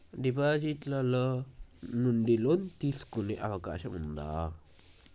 Deposit ల నుండి loan తీసుకునే అవకాశం ఉంటదా?